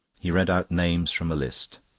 he read out names from a list.